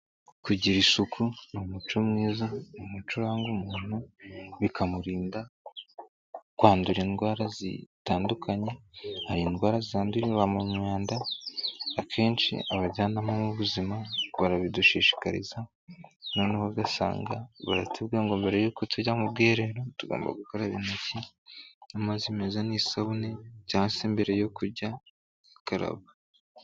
Kugira isuku n'umuco mwiza n'umuco uranga umuntu bikamurinda kwandura indwara zitandukanye, hari indwara zandurira mu mwanda akenshi abajyanama b'ubuzima barabidushishikariza noneho ugasanga baratubwira ngo mbere y'uko tujya mu bwiherero tugomba gukaraba intoki n'amazi meza n'isabune cyangwa se mbere yo kujya gukaraba.